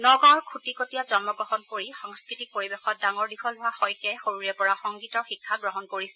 নগাঁৱৰ খুটিকটীয়াত জন্মগ্ৰহণ কৰি সাংস্কৃতিক পৰিৱেশত ডাঙৰ দীঘল হোৱা শইকীয়াই সৰুৰে পৰাই সংগীতৰ শিক্ষা গ্ৰহণ কৰিছিল